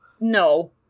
No